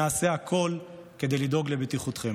נעשה הכול כדי לדאוג לבטיחותכם.